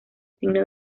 signo